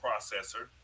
processor